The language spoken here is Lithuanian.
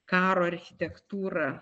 karo architektūrą